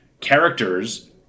characters